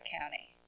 County